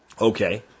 Okay